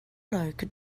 like